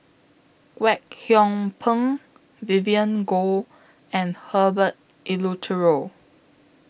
Kwek Hong Png Vivien Goh and Herbert Eleuterio